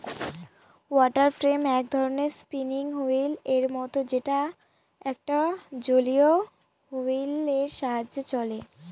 water frame এক ধরনের spinning wheel এর মত যেটা একটা জলীয় হুইল এর সাহায্যে চলে